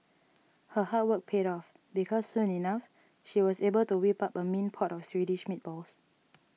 her hard work paid off because soon enough she was able to whip up a mean pot of Swedish meatballs